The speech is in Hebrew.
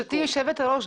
גברתי היושבת-ראש,